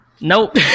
Nope